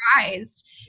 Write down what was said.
surprised